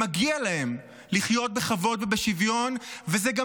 מגיע להם לחיות בכבוד ובשוויון, וזה גם